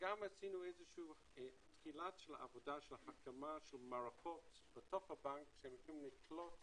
עשינו גם תחילת עבודה של הקמת מערכות בתוך הבנק שהם --- את